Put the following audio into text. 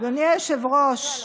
אדוני היושב-ראש,